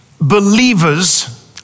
believers